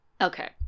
Okay